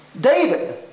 David